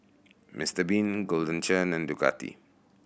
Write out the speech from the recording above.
Mister Bean Golden Churn and Ducati